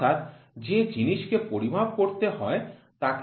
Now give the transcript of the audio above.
অর্থাৎ যে জিনিসকে পরিমাপ করতে হয় তাকে মেজার্যান্ড বলে